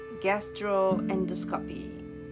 gastroendoscopy